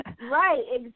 Right